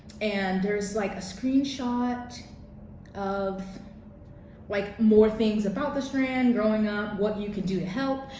and there's like a screenshot of like more things about the strand growing up, what you can do to help.